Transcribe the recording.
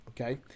okay